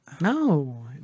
No